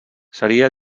seria